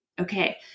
Okay